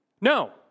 No